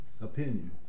opinion